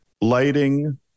lighting